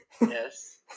Yes